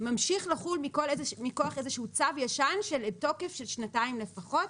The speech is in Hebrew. ממשיך לחול מכח איזה שהוא צו ישן של תוקף של שנתיים לפחות.